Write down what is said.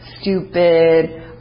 stupid